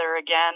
again